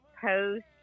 post